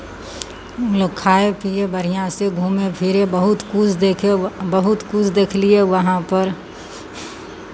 हमलोग खाए पिए बढ़िआँसँ घूमे फिरे बहुत किछु देखे बहुत किछु देखलियै वहाँपर